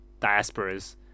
diasporas